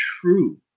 true